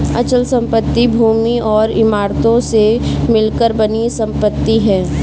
अचल संपत्ति भूमि और इमारतों से मिलकर बनी संपत्ति है